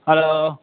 hello